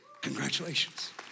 congratulations